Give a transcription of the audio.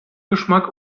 geschmack